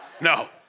No